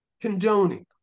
condoning